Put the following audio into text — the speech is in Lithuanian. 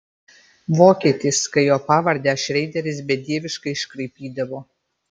vokietis kai jo pavardę šreideris bedieviškai iškraipydavo